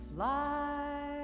Fly